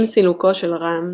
עם סילוקו של רהם,